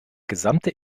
gesamte